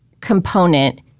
component